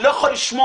אני לא יכול לשמוע,